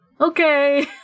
okay